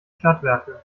stadtwerke